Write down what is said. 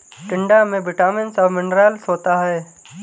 टिंडा में विटामिन्स और मिनरल्स होता है